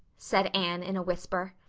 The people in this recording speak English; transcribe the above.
said anne in a whisper.